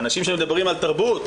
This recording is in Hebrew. האנשים שמדברים על תרבות,